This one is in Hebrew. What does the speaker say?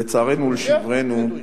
לצערנו ולשברנו,